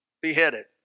Beheaded